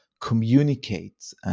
communicate